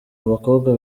abakobwa